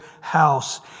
house